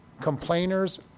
complainers